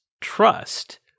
trust